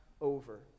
over